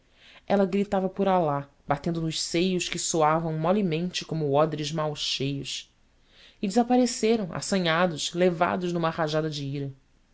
ela gritava por alá batendo nos seios que soavam molemente como odres mal cheios e desapareceram assanhados levados numa rajada de ira